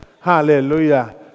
Hallelujah